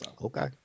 Okay